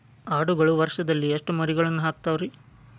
ಆಡುಗಳು ವರುಷದಲ್ಲಿ ಎಷ್ಟು ಮರಿಗಳನ್ನು ಹಾಕ್ತಾವ ರೇ?